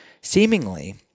Seemingly